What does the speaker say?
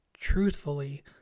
truthfully